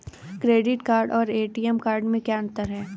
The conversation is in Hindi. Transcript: क्रेडिट कार्ड और ए.टी.एम कार्ड में क्या अंतर है?